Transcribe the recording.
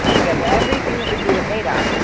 because everything that we do with data,